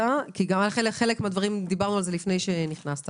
כי על חלק מהדברים דיברנו לפני שנכנסת